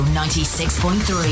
96.3